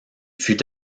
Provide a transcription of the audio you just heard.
fut